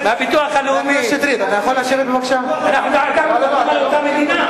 הביטוח הלאומי משלם דמי קבורה כולל הכול.